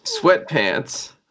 Sweatpants